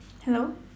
hello